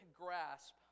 grasp